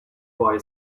boy